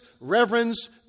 reverence